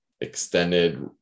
extended